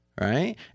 right